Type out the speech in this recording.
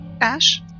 Ash